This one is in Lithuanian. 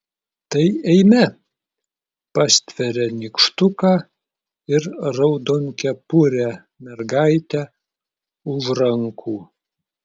tai eime pastveria nykštuką ir raudonkepurę mergaitę už rankų